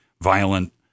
violent